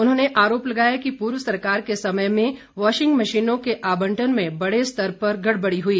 उन्होंने आरोप लगाया कि पूर्व सरकार के समय में वाशिंग मशीनों के आवंटन में बड़े स्तर और गड़बड़ी हुई